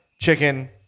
chicken